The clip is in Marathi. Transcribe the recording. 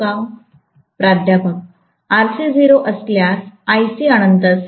प्राध्यापक Rc 0 असल्यास Ic अनंत असेल